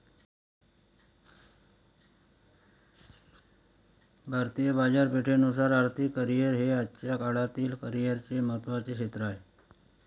भारतीय बाजारपेठेनुसार आर्थिक करिअर हे आजच्या काळातील करिअरचे महत्त्वाचे क्षेत्र आहे